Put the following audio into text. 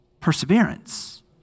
Perseverance